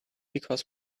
because